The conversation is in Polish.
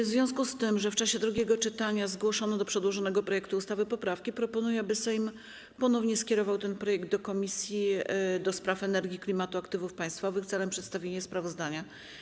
W związku z tym, że w czasie drugiego czytania zgłoszono do przedłożonego projektu ustawy poprawki, proponuję, aby Sejm ponownie skierował ten projekt do Komisji do Spraw Energii, Klimatu i Aktywów Państwowych celem przedstawienia sprawozdania.